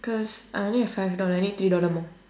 cause I only have five dollar I need three dollar more